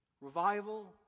Revival